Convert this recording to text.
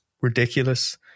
ridiculous